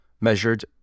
measured